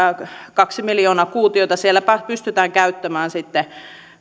kaksi miljoonaa kuutiota siellä pystytään käyttämään